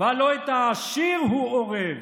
"ולא את העשיר הוא אורב"?